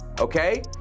okay